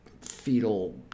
fetal